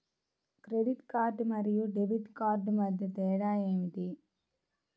Credit card మరియు debit card మధ్య తేడా ఏమిటి?